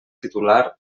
titular